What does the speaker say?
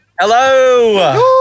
Hello